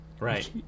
Right